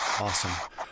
Awesome